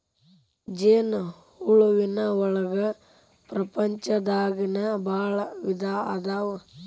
ಜೇನ ಹುಳುವಿನ ಒಳಗ ಪ್ರಪಂಚದಾಗನ ಭಾಳ ವಿಧಾ ಅದಾವ